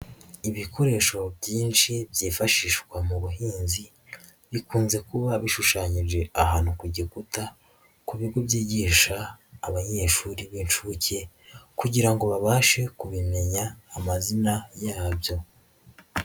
Ibikoresho byinshi byifashishwa mu buhinzi bikunze kuba bishushanyije ahantu ku gikuta ku bigo byigisha abanyeshuri b'inshuke kugira ngo babashe kubimenya amazina yabyo.